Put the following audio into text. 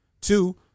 Two